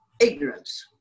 ignorance